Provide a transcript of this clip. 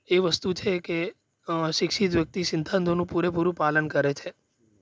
એ વસ્તુ છે કે શિક્ષિત વ્યક્તિ સિદ્ધાંતોનું પૂરેપૂરું પાલન કરે છે